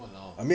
!walao!